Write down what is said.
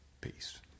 peace